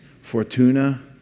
Fortuna